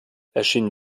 erschien